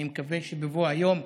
אני מקווה שבבוא היום,